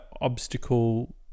Obstacle